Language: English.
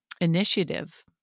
initiative